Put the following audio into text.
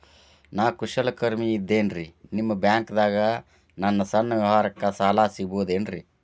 ನಾ ಕುಶಲಕರ್ಮಿ ಇದ್ದೇನ್ರಿ ನಿಮ್ಮ ಬ್ಯಾಂಕ್ ದಾಗ ನನ್ನ ಸಣ್ಣ ವ್ಯವಹಾರಕ್ಕ ಸಾಲ ಸಿಗಬಹುದೇನ್ರಿ?